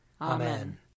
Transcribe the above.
Amen